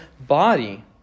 body